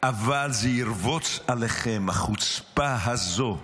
אבל זה ירבוץ עליכם, החוצפה הזו,